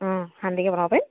অঁ শান্তিকৈ বনাব পাৰিম